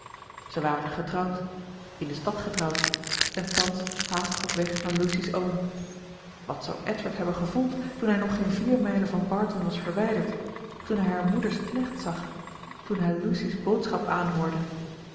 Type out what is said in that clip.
zij waren getrouwd in de stad getrouwd en thans haastig op weg naar lucy's oom wat zou edward hebben gevoeld toen hij nog geen vier mijlen van barton was verwijderd toen hij haar moeder's knecht zag toen hij lucy's boodschap aanhoorde